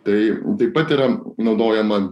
tai taip pat yra naudojama